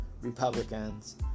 Republicans